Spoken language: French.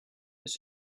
mais